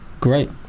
Great